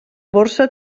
borsa